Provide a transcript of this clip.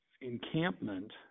encampment